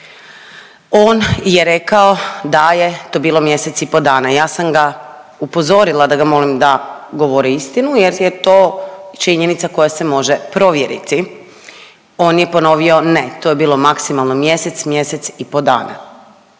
On je rekao da je to bilo mjesec i pol dana. Ja sam ga upozorila da ga molim da govori istinu, jer je to činjenica koja se može provjeriti. On je ponovio ne, to je bilo maksimalno mjesec, mjesec i pol.